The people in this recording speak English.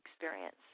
experience